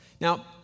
Now